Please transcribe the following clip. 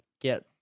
get